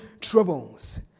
troubles